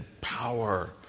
power